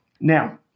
Now